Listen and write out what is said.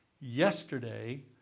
yesterday